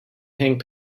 hang